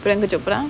priyanka chopra